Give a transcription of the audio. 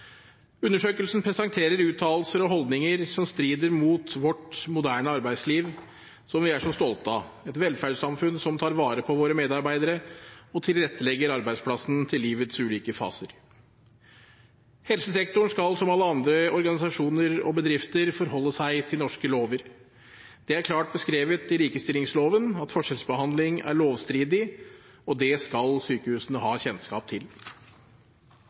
Undersøkelsen presenterer uttalelser og holdninger som strider mot vårt moderne arbeidsliv, som vi er så stolte av – et velferdssamfunn som tar vare på våre medarbeidere og tilrettelegger arbeidsplassen til livets ulike faser. Helsesektoren skal, som alle andre organisasjoner og bedrifter, forholde seg til norske lover. Det er klart beskrevet i likestillingsloven at forskjellsbehandling er lovstridig, og det skal sykehusene ha kjennskap til.